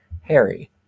Harry